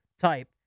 type